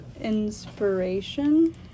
inspiration